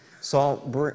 Salt